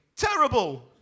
Terrible